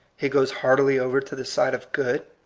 he goes heartily over to the side of good?